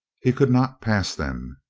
he could not pass them.